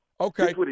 Okay